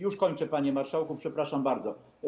Już kończę, panie marszałku, przepraszam bardzo.